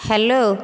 hello